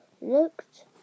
looked